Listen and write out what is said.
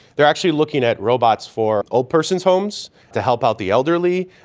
they are actually looking at robots for old persons' homes to help out the elderly,